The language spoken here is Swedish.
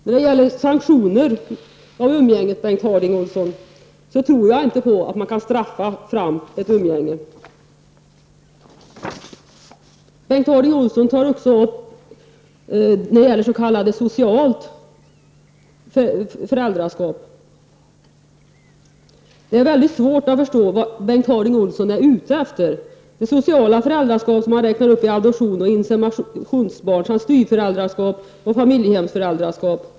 När det gäller sanktioner, Bengt Harding Olson, vill jag säga att jag inte tror på att man kan straffa fram ett umgänge. Bengt Harding Olson tar också upp frågan om s.k. socialt föräldraskap. Det är väldigt svårt att förstå vad han är ute efter. De sociala föräldraskap som han räknar upp avser adoptions och inseminationsbarn samt styvföräldraskap och familjehemsföräldraskap.